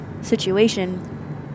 situation